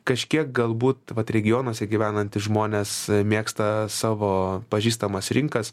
kažkiek galbūt vat regionuose gyvenantys žmonės mėgsta savo pažįstamas rinkas